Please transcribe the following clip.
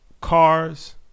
cars